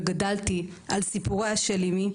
וגדלתי על סיפוריה של אימי,